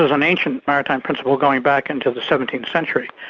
an ancient maritime principle, going back into the seventeenth century,